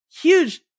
huge